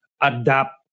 adapt